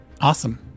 Awesome